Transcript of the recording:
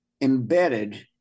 embedded